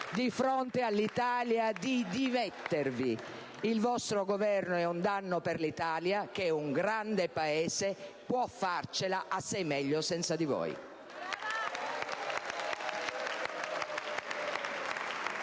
di fronte all'Italia di dimettervi. Il vostro Governo è un danno per l'Italia. Un grande Paese che può farcela assai meglio senza di voi.